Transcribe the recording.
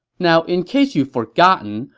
now, in case you've forgotten,